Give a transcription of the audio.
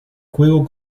juego